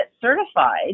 certified